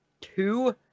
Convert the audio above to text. two